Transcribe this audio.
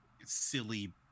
silly